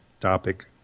topic